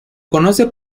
conoce